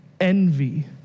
envy